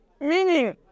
meaning